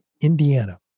Indiana